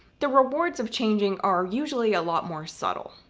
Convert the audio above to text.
the rewards of changing are usually a lot more subtle.